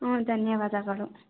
ಹ್ಞೂ ಧನ್ಯವಾದಗಳು